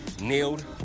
nailed